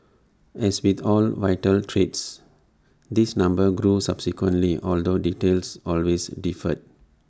as with all vital trades this number grew subsequently although details always differed